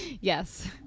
yes